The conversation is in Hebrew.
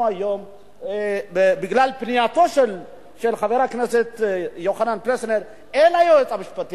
היום בגלל פנייתו של חבר הכנסת יוחנן פלסנר אל היועץ המשפטי